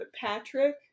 Patrick